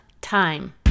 Time